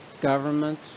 government